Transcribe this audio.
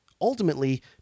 Ultimately